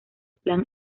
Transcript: plan